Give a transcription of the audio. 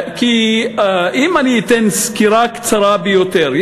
אם אני אתן סקירה קצרה ביותר,